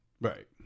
Right